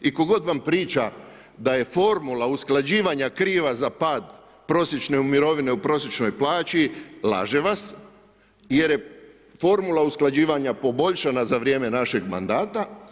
I tko god vam priča da je formula usklađivanja kriva za pad prosječne mirovine u prosječnoj plaći, laže vas jer formula usklađivanja poboljšanja za vrijeme našeg mandata.